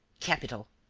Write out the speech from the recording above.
capital.